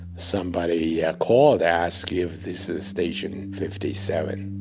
somebody yeah called, asked if this is station fifty seven.